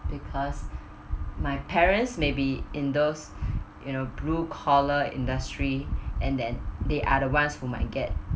because my parents may be in those you know blue collar industry and then they are the ones who might get